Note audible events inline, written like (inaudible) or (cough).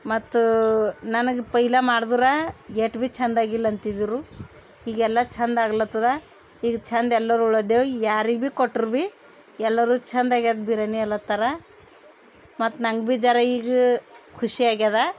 ಮತ್ತು ನನಗೆ ಪೈಲೆ ಮಾಡ್ದ್ರೆ ಏಟ್ ಭಿ ಚಂದಾಗಿಲ್ಲ ಅಂತಿದ್ದರು ಈಗೆಲ್ಲ ಚಂದ ಆಗ್ಲತ್ತದ ಈಗ ಚಂದ ಎಲ್ಲರ್ (unintelligible) ಯಾರಿಗೆ ಭಿ ಕೊಟ್ರೂ ಭಿ ಎಲ್ಲರೂ ಚಂದ ಆಗೈದ ಬಿರ್ಯಾನಿ ಏಲತ್ತರ ಮತ್ತು ನಂಗೆ ಭಿ ಜರಾ ಈಗ ಖುಷಿ ಆಗ್ಯದ